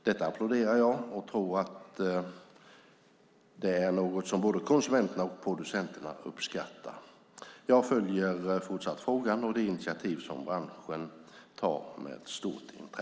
Detta applåderar jag och tror att det är något som både konsumenterna och producenterna uppskattar. Jag följer fortsatt med stort intresse frågan och de initiativ som branschen tar.